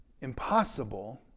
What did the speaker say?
impossible